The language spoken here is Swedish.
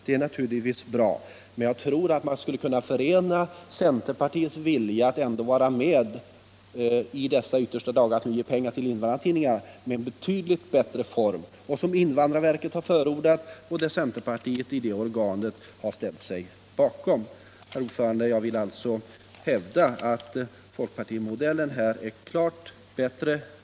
Det är naturligtvis bra att man gjort en omsvängning, men jag tror att man skulle kunna förena centerpartiets vilja att ändå i dessa yttersta dagar vara med och ge pengar till invandrartidningarna med den betydligt bättre form för stödet som invandrarverket har förordat och som centerpartiet där har ställt sig bakom. Herr talman! Jag vill alltså hävda att folkpartimodellen här är klart bättre.